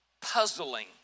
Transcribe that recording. puzzling